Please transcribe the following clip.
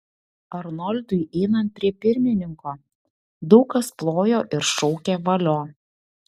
arnoldui einant prie pirmininko daug kas plojo ir šaukė valio